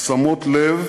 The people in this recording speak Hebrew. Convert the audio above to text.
שמות לב